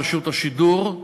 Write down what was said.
רשות השידור,